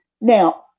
Now